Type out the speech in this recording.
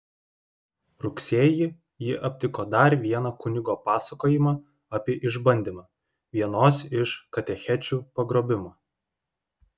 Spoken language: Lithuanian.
rugsėjį ji aptiko dar vieną kunigo pasakojimą apie išbandymą vienos iš katechečių pagrobimą